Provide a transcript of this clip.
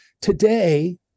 today